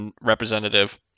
representative